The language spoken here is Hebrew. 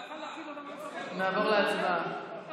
ההצעה להעביר לוועדה את הצעת חוק בתי המשפט (תיקון,